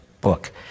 book